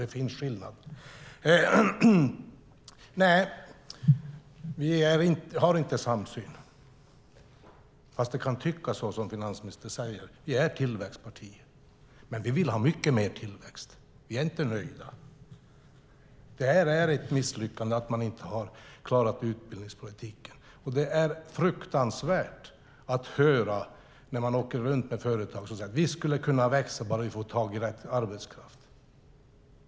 Det är en viss skillnad. Nej, vi har inte samma syn, fast det kan tyckas så, som finansministern säger. Vi är ett tillväxtparti, men vi vill ha mycket mer tillväxt - vi är inte nöjda. Det är ett misslyckande att man inte har klarat utbildningspolitiken. Det är fruktansvärt att höra när de företag som jag åker runt till säger: Vi skulle kunna växa bara vi fick tag i rätt arbetskraft.